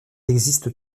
existe